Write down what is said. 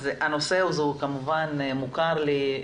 הנושא כמובן מוכר לי.